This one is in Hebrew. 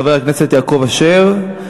חבר הכנסת יעקב אשר.